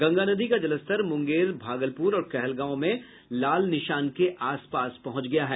गंगा नदी का जलस्तर मुंगेर भागलपुर और कहलगांव में लाल निशान के आसपास पहुंच गया है